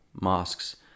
mosques